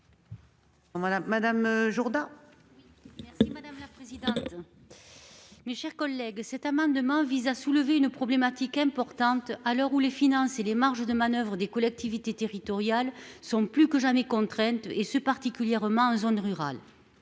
madame Jourdain. Président. Mes chers collègues. Cet amendement vise à soulever une problématique importante à l'heure où les finances et les marges de manoeuvre des collectivités territoriales sont plus que jamais contrainte et ce particulièrement en zone rurale.